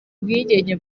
ubwigenge